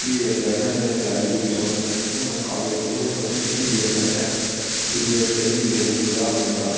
भी अग्गें असें इं'या तेआरी दी सोचना कि हू'न अस कॉलेज पुज्जे हू'न सोचने सीडीएस करचै सीडीएस करियै थोह्ड़ा बंदा